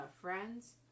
Friends